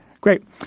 Great